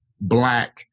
black